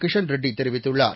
கிஷன் ரெட்டி தெரிவித்துள்ளார்